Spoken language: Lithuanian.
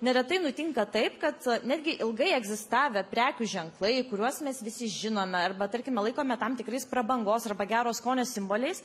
neretai nutinka taip kad netgi ilgai egzistavę prekių ženklai kuriuos mes visi žinome arba tarkime laikome tam tikrais prabangos arba gero skonio simboliais